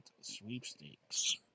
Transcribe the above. Sweepstakes